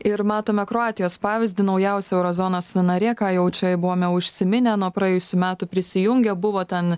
ir matome kroatijos pavyzdį naujausia euro zonos narė ką jau čia į buvome užsiminę nuo praėjusių metų prisijungia buvo ten